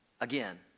Again